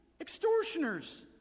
extortioners